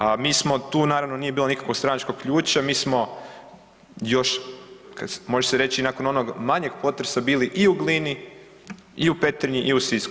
A mi smo tu naravno nije bilo nikakvog stranačkog ključa, mi smo još može se reći i nakon onog manjeg potresa bili i u Glini i u Petrinji i u Sisku.